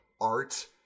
art